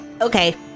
Okay